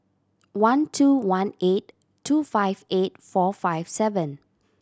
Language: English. one two one eight two five eight four five seven